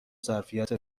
ظرفیت